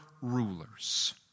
rulers